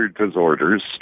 disorders